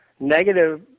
Negative